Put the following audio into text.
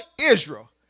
Israel